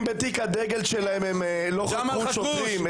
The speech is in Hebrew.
אם בתיק הדגל שלהם הם לא חקרו שוטרים,